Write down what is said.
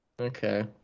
Okay